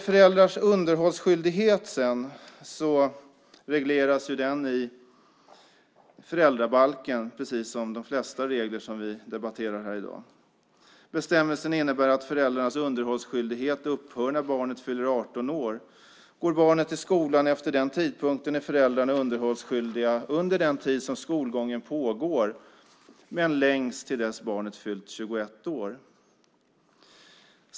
Föräldrars underhållsskyldighet regleras i föräldrabalken, precis som de flesta regler som vi debatterar här i dag. Bestämmelsen innebär att föräldrarnas underhållsskyldighet upphör när barnet fyller 18 år. Går barnet i skolan efter den tidpunkten är föräldrarna underhållsskyldiga under den tid skolgången pågår men längst till dess barnet fyllt 21 år.